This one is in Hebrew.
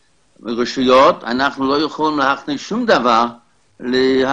מהרשויות, אנחנו לא יכולים להכניס דבר לקונסוליות.